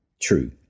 True